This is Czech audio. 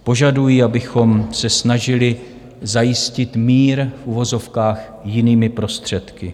Požadují, abychom se snažili zajistit mír, v uvozovkách, jinými prostředky.